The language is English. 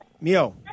Mio